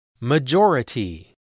Majority